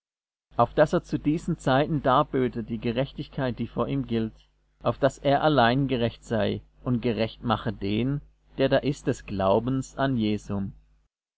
auf daß er zu diesen zeiten darböte die gerechtigkeit die vor ihm gilt auf daß er allein gerecht sei und gerecht mache den der da ist des glaubens an jesum